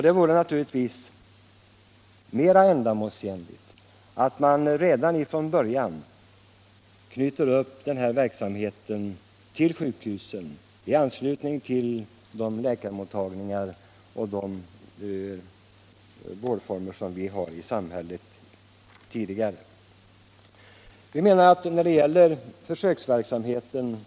Det vore naturligtvis mera ändamålsenligt att redan från början knyta den här verksamheten till sjukhus och andra läkarmottagningar, alltså till redan existerande vårdformer.